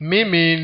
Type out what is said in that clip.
Mimi